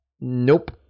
nope